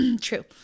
True